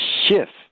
shift